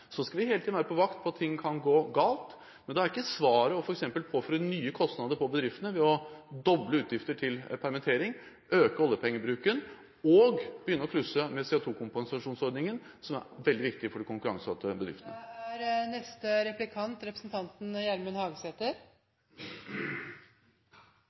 så godt som noe annet land. Så skal vi hele tiden være på vakt for at ting kan gå galt. Men da er ikke svaret f.eks. å påføre nye kostnader på bedriftene ved å doble utgifter til permittering, øke oljepengebruken og begynne å klusse med CO2-kompensasjonsordningen, som er veldig viktig forde konkurranseutsatte bedriftene. Som representanten